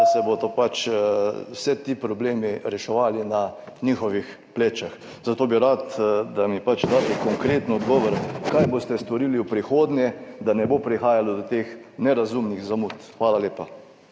da se bodo ti problemi reševali na njihovih plečih. Zato bi rad, da mi pač daste konkreten odgovor: Kaj boste storili v prihodnje, da ne bo prihajalo do teh nerazumnih zamud? Hvala lepa.